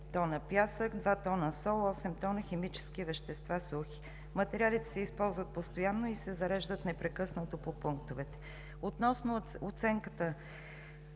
пясък, 2 тона сол, 8 тона химически вещества – сухи. Материалите се използват постоянно и се зареждат непрекъснато по пунктовете. Относно оценката,